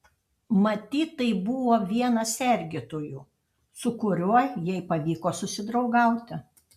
matyt tai buvo vienas sergėtojų su kuriuo jai pavyko susidraugauti